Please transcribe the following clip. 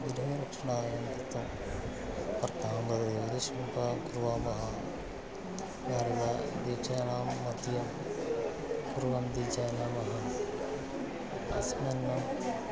विधरक्षणायमर्थम् अर्थाङ्गतयो वदिष्णुतां कुर्वामः नारदादीजनानाम्मध्ये कुर्वन्ति च नाम अस्मिन्